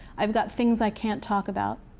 i've got things i can't talk about,